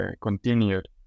continued